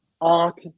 art